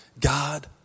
God